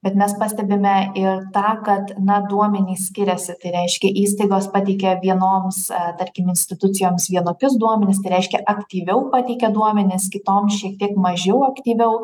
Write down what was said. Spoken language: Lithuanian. bet mes pastebime ir tą kad na duomenys skiriasi tai reiškia įstaigos pateikia vienoms tarkim institucijoms vienokius duomenis tai reiškia aktyviau pateikia duomenis kitoms šiek tiek mažiau aktyviau